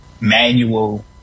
manual